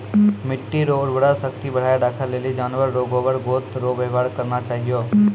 मिट्टी रो उर्वरा शक्ति बढ़ाएं राखै लेली जानवर रो गोबर गोत रो वेवहार करना चाहियो